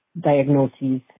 diagnoses